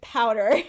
Powder